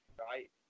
right